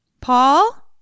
Paul